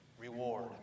reward